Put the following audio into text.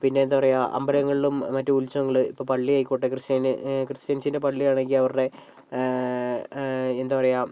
പിന്നേ എന്താ പറയുക അമ്പലങ്ങളിലും മറ്റ് ഉത്സവങ്ങൾ ഇപ്പോൾ പള്ളിയായിക്കോട്ടെ ക്രിസ്ത്യാനി ക്രിസ്റ്റിയൻസിൻ്റെ പള്ളിയാണെങ്കിൽ അവരുടെ എന്താ പറയുക